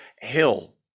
hill